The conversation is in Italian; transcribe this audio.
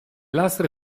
lastre